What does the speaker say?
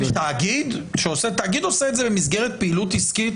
תאגיד עושה את זה במסגרת פעילות עסקית,